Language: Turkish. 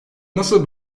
nasıl